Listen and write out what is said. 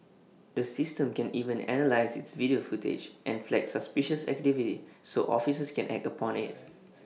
the system can even analyse its video footage and flag suspicious activity so officers can act upon IT